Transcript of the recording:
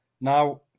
Now